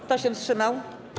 Kto się wstrzymał?